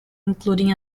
including